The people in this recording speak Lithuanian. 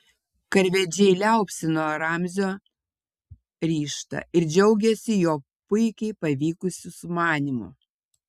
karvedžiai liaupsino ramzio ryžtą ir džiaugėsi jo puikiai pavykusiu sumanymu